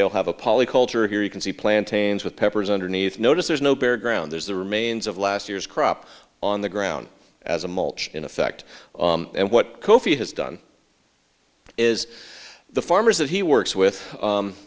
they'll have a poly culture here you can see plantings with peppers underneath notice there's no bare ground there's the remains of last year's crop on the ground as a mulch in effect and what kofi has done is the farmers that he works with